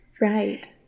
Right